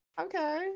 okay